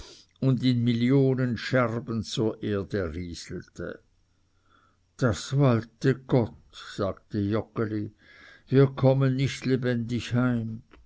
und in millionen scherben zur erde rieselte das walte gott sagte joggeli wir kommen nicht lebendig heim